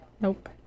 Nope